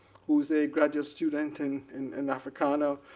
who is a graduate student in in and africana.